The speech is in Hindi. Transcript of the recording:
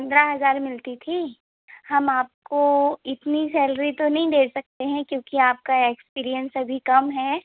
पंद्रह हज़ार मिलती थी हम आपको इतनी सैलरी तो नहीं दे सकते हैं क्योंकि आपका एक्सपीरियंस अभी कम है